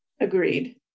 Agreed